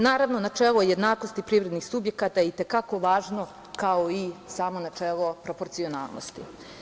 Naravno, načelo jednakosti privrednih subjekata je i te kako važno, kao i samo načelo proporcionalnosti.